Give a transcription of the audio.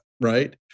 right